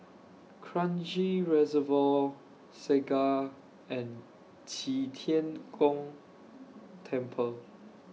Kranji Reservoir Segar and Qi Tian Gong Temple